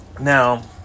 Now